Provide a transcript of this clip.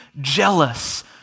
jealous